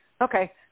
Okay